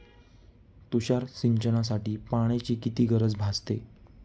तुषार सिंचनासाठी पाण्याची किती गरज भासते?